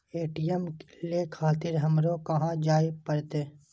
ATM ले खातिर हमरो कहाँ जाए परतें?